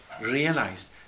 realize